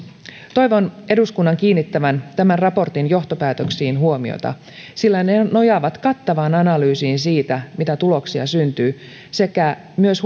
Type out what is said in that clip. toivon eduskunnan kiinnittävän tämän raportin johtopäätöksiin huomiota sillä ne nojaavat kattavaan analyysiin siitä mitä tuloksia syntyy sekä myös